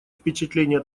впечатление